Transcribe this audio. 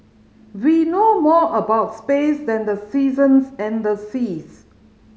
we know more about space than the seasons and the seas